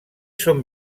són